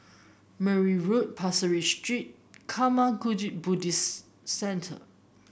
Mergui Road Pasir Ris Street Karma Kagyud Buddhist Centre